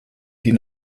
die